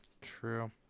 True